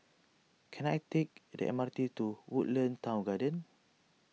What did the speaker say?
can I take the M R T to Woodlands Town Garden